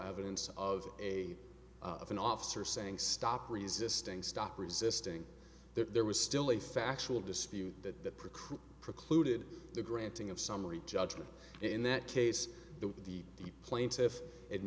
evidence of a of an officer saying stop resisting stop resisting there was still a factual dispute that precluded the granting of summary judgment in that case the the plaintiff